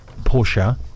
Porsche